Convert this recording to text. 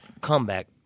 comeback